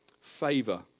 favor